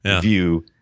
view